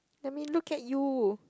let me look at you